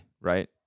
right